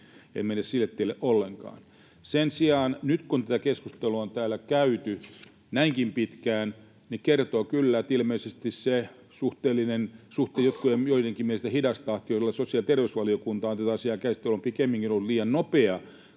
En mene sille tielle ollenkaan. Sen sijaan nyt, kun tätä keskustelua on täällä käyty näinkin pitkään, se kertoo kyllä, että ilmeisesti joidenkin mielestä se hidas tahti, jolla sosiaali- ja terveysvaliokunta on tätä asiaa käsitellyt, on pikemminkin ollut liian nopea,